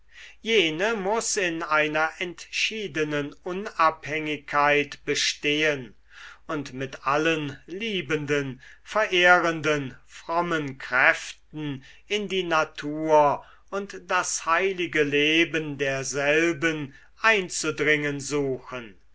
jene muß in einer entschiedenen unabhängigkeit bestehen und mit allen liebenden verehrenden frommen kräften in die natur und das heilige leben derselben einzudringen suchen